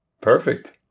Perfect